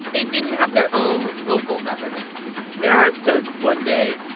they didn't have their own local government mayor art says, one day,